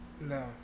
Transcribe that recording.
No